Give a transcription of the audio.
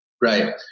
Right